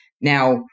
now